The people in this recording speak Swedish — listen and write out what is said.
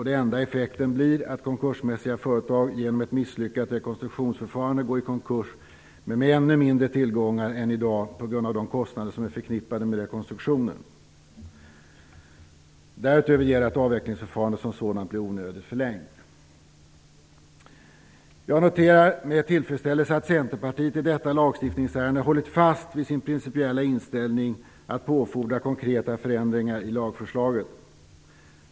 Den enda effekten blir att konkursmässiga företag genom ett misslyckat rekonstruktionsförfarande går i konkurs, men med ännu mindre tillgångar än i dag på grund av de kostnader som är förknippade med rekonstruktionen. Därutöver gäller att avvecklingsförfarandet som sådant blir onödigt förlängt. Jag noterar med tillfredsställelse att Centerpartiet i detta lagstiftningsärende hållit fast vid sin principiella inställning att fordra konkreta förändringar i lagförslaget.